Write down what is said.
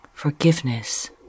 Forgiveness